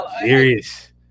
serious